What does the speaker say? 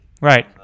Right